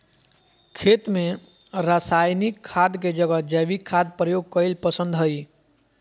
खेत में रासायनिक खाद के जगह जैविक खाद प्रयोग कईल पसंद हई